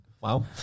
Wow